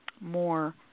more